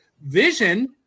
Vision